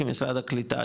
כי משרד הקליטה,